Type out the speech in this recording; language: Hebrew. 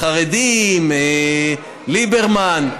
החרדים, ליברמן.